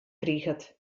kriget